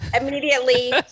immediately